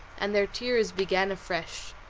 and their tears began afresh.